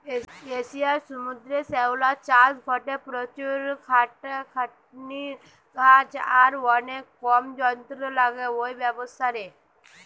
এশিয়ার সমুদ্রের শ্যাওলা চাষ গটে প্রচুর খাটাখাটনির কাজ আর অনেক কম যন্ত্র লাগে ঔ ব্যাবসারে